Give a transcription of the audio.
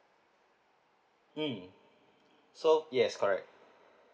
mm so yes correct